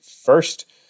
first